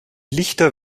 lichter